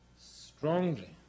strongly